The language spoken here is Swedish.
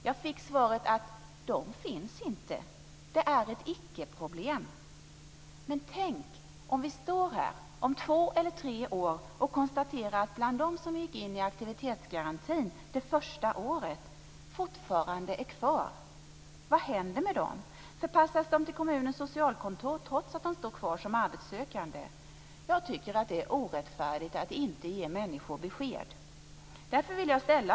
Jag fick svaret att de inte finns, att detta är ett icke-problem. Men tänk om vi om två eller tre år står här och konstaterar att av dem som gick in i aktivitetsgarantin det första året är några fortfarande kvar! Vad händer med dem? Förpassas de till kommunens socialkontor trots att de står kvar som arbetssökande? Jag tycker att det är orättfärdigt att inte ge människor besked.